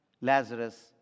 Lazarus